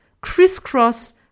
crisscross